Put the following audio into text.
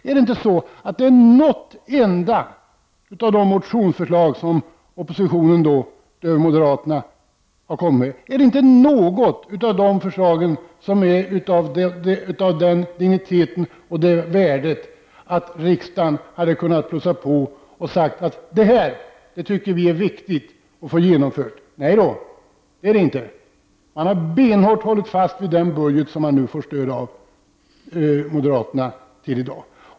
Är inte något enda av de motionsförslag som oppositionspartierna utom moderaterna har kommit med av den digniteten och av det värdet att riksdagen hade kunnat plussa på och säga: Det här är viktigt att få genomfört. Nej, så är det inte. Man har benhårt hållit fast vid den budget som nu föreslås med stöd av moderaterna.